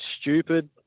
stupid